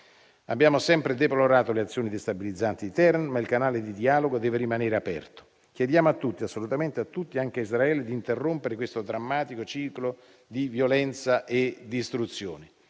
Abbiamo sempre deplorato le azioni destabilizzanti di Teheran, ma il canale di dialogo deve rimanere aperto. Chiediamo a tutti - assolutamente a tutti, anche a Israele - di interrompere questo drammatico ciclo di violenza e distruzione.